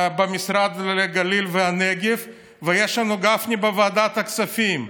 במשרד לגליל והנגב, ויש לנו גפני בוועדת הכספים.